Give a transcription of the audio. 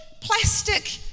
plastic